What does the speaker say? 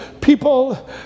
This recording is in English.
people